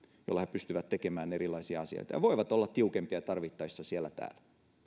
jolla he pystyvät tekemään erilaisia asioita ja he voivat olla tiukempia tarvittaessa siellä täällä